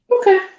Okay